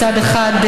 מצד אחד,